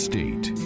State